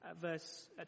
verse